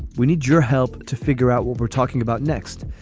we need your help to figure out what we're talking about next.